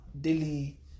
daily